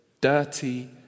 Dirty